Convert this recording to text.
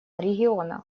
региона